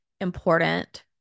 important